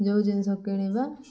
ଯେଉଁ ଜିନିଷ କିଣିବା